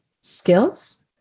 skills